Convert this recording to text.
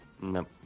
Nope